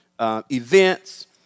events